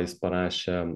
jis parašė